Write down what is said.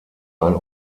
ein